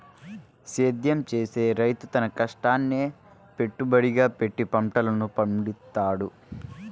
సేద్యం చేసే రైతు తన కష్టాన్నే పెట్టుబడిగా పెట్టి పంటలను పండిత్తాడు